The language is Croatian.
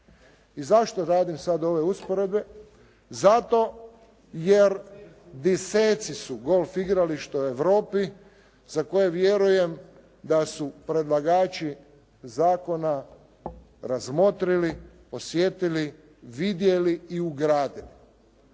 I zašto radim sad ove usporedbe? Zato jer desetci su golf igrališta u Europi za koje vjerujem da su predlagači zakona razmotrili, osjetili, vidjeli i ugradili.